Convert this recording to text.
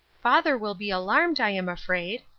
father will be alarmed, i am afraid.